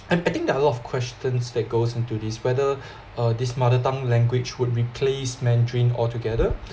I think that a lot of questions that goes into this whether uh this mother tongue language would replace mandarin altogether